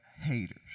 haters